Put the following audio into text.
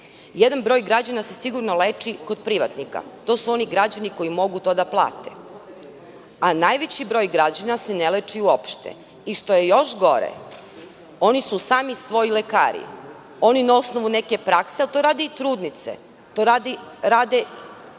Jedan broj građana se sigurno leči kod privatnika. To su oni građani koji mogu to da plate. Ali, najveći broj građana se ne leči uopšte. I što je još gore – oni su sami svoji lekari. Ali, to rade i trudnice, to rade i deca.